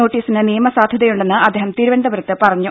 നോട്ടീസിന് നിയമസാധുതയുണ്ടെന്ന് അദ്ദേഹം തിരുവനന്തപുരത്ത് പറഞ്ഞു